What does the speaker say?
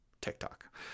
tiktok